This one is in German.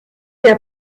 der